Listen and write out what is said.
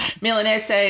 Milanese